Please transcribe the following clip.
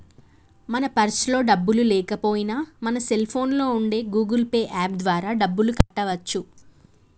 మన పర్సులో డబ్బులు లేకపోయినా మన సెల్ ఫోన్లో ఉండే గూగుల్ పే యాప్ ద్వారా డబ్బులు కట్టవచ్చు